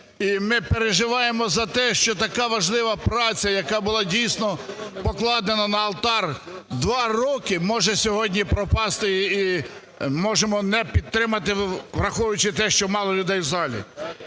і ми переживаємо за те, що така важлива праця, яка була дійсно покладена на алтар два роки може сьогодні пропасти і можемо не підтримати, враховуючи те, що мало людей в залі.